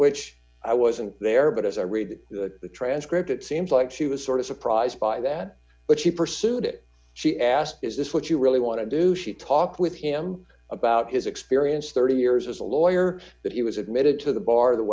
which i wasn't there but as i read the transcript it seems like she was sort of surprised by that but she pursued it she asked is this what you really want to do she talked with him about his experience thirty years as a lawyer that he was admitted to the bar d the